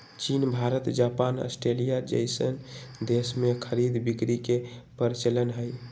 चीन Bharat Japan Australia जइसन देश में खरीद बिक्री के परचलन हई